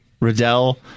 Riddell